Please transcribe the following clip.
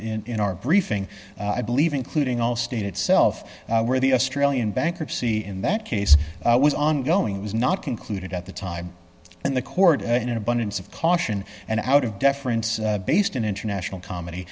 cited in our briefing i believe including all state itself where the australian bankruptcy in that case was ongoing it was not concluded at the time and the court in an abundance of caution and out of deference based in international comedy